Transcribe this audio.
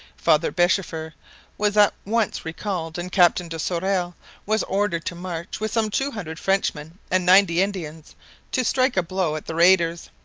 father beschefer was at once recalled and captain de sorel was ordered to march with some two hundred frenchmen and ninety indians to strike a blow at the raiders.